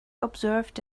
observed